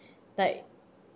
like